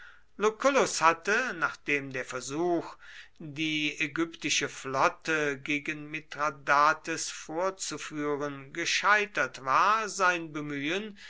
lucullus hatte nachdem der versuch die ägyptische flotte gegen mithradates vorzuführen gescheitert war sein bemühen